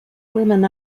women